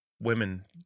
women